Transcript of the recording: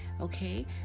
okay